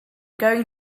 going